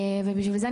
ובשביל זה,